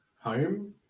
Home